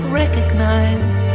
recognize